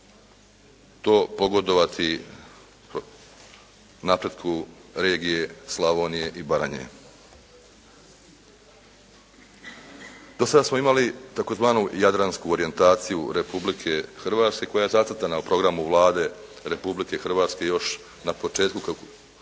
to pogodovati napretku regije Slavonije i Baranje. Do sada smo imali tzv. jadransku orijentaciju Republike Hrvatske koja je zacrtana u programu Vlade Republike Hrvatske još na početku